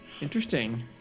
interesting